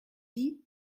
dit